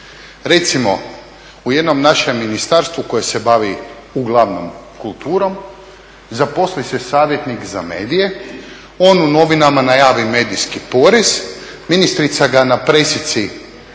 Recimo u jednom našem ministarstvu koje se bavi uglavnom kulturom zaposli se savjetnik za medije, on u novinama najavi medijski polis, ministrica ga na pressici mu da